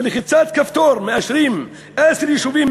בלחיצת כפתור מאשרים עשרה יישובים.